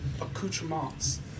accoutrements